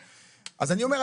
אז אני אומר,